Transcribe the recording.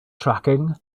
tracking